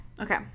Okay